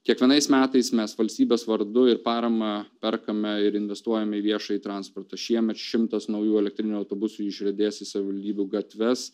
kiekvienais metais mes valstybės vardu ir parama perkame ir investuojame į viešąjį transportą šiemet šimtas naujų elektrinių autobusų išriedės į savivaldybių gatves